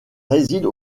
réside